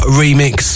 remix